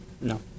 No